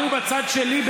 או הוא בצד שלי,